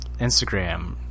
Instagram